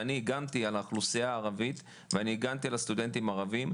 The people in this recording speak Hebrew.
אני הגנתי על האוכלוסייה הערבית ואני הגנתי על הסטודנטים הערבים,